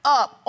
up